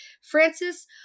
Francis